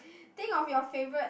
think of your favourite